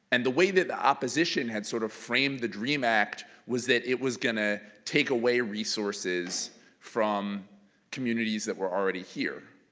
and the way that the opposition had sort of framed the dream act was that it was going to take away resources from communities that were already here,